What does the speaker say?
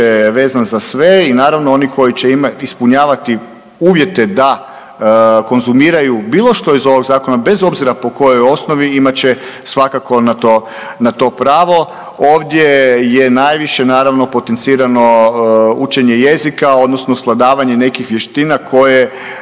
vezan za sve i naravno oni koji će ispunjavati uvjete da konzumiraju bilo što ih ovog zakona bez obzira po kojoj osnovi imat će svakako na to, na to pravo. Ovdje je najviše naravno potencirano učenje jezika odnosno svladavanje nekih vještina koje